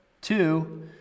Two